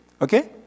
Okay